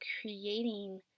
creating